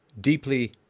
deeply